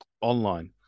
online